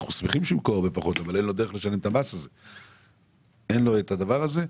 אנחנו שמחים שהוא ימכור הרבה פחות אבל אין לו דרך לשלם את המס הזה.